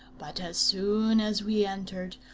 but as soon as we entered,